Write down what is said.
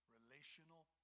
Relational